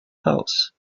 house